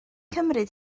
cymryd